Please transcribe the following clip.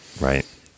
right